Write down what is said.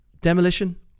Demolition